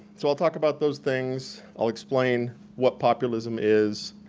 so i'll talk about those things, i'll explain what populism is.